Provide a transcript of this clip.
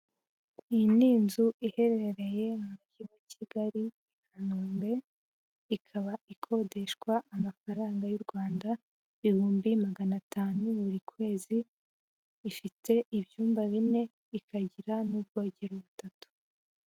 Iyi ni inzu iherereye mu mujyi wa Kigali, Kanombe, ikaba ikodeshwa amafaranga y'u Rwanda ibihumbi magana atanu buri kwezi, ifite ibyumba bine, ikagira n'ubwogero butatu.